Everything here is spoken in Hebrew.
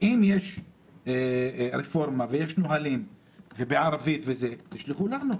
אם יש רפורמה ונהלים בערבית שישלחו לנו,